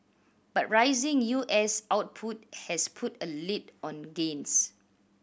but rising U S output has put a lid on gains